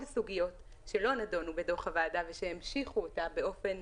סוגיות שלא נדונו בדוח הוועדה ושהמשיכו אותה באופן